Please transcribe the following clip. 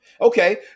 Okay